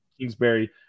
Kingsbury